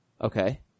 Okay